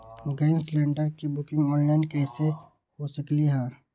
Gas cylinder के booking online कईसे हो सकलई ह?